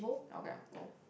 okay cool